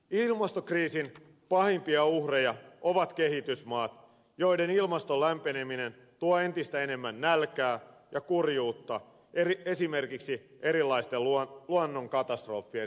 ilmastokriisin pahimpia uhreja ovat kehitysmaat joiden ilmaston lämpeneminen tuo entistä enemmän nälkää ja kurjuutta esimerkiksi erilaisten luonnonkatastrofien seurauksena